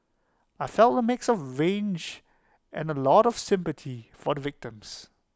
I felt A mix of rage and A lot of sympathy for the victims